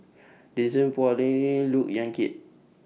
Denise Phua Lay Look Yan Kit